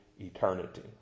eternity